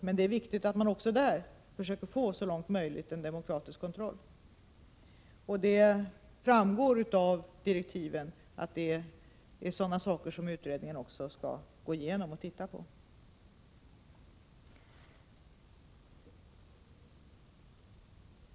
Det är dock viktigt att man också där försöker få så långt möjligt en demokratisk kontroll. Det framgår av direktiven att utredningen skall gå igenom också sådana saker.